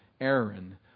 Aaron